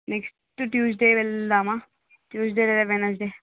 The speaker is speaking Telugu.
నెక్స్ట్ ట్యూస్డే వెళ్దామా ట్యూస్డే లేదా వెనస్డే